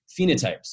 phenotypes